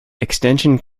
extension